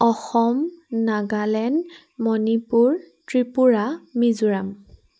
Assam Nagaland Manipur Tripura Mizoram